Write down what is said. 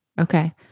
Okay